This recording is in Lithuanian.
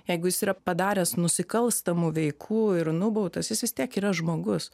jeigu jis yra padaręs nusikalstamų veikų ir nubautas jis vis tiek yra žmogus